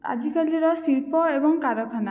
ଆଜିକାଲିର ଶିଳ୍ପ ଏବଂ କାରଖାନା